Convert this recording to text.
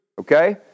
Okay